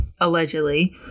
allegedly